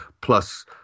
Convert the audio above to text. Plus